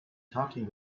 talking